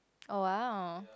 oh !wow!